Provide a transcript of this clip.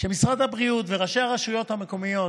שמשרד הבריאות וראשי הרשויות המקומיות,